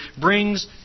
brings